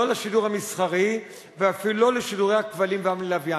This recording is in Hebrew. לא לשידור המסחרי ואפילו לא לשידורי הכבלים והלוויין,